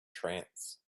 trance